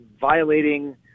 violating